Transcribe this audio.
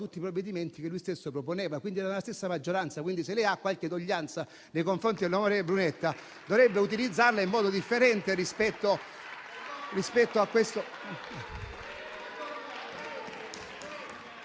tutti i provvedimenti che lui stesso proponeva. Era della stessa maggioranza. Quindi, se lei ha qualche doglianza nei confronti dell'onorevole Brunetta, dovrebbe utilizzarla in modo differente, rispetto a questo...